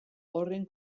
horren